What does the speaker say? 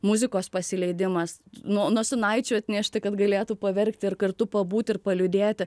muzikos pasileidimas nu nosinaičių atnešti kad galėtų paverkti ir kartu pabūt ir palydėti